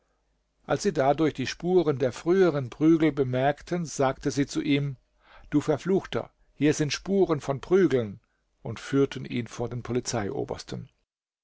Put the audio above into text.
als sie dadurch die spuren der früheren prügel bemerkten sagte sie zu ihm du verfluchter hier sind spuren von prügeln und führten ihn vor den